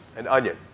an onion.